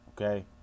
Okay